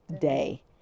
day